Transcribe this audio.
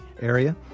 Area